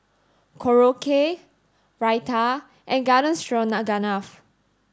Korokke Raita and Garden Stroganoff